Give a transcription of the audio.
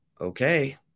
okay